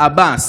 עבאס,